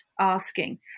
asking